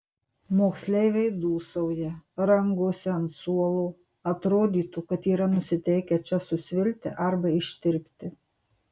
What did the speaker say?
moksleiviai dūsauja rangosi ant suolo atrodytų kad yra nusiteikę čia susvilti arba ištirpti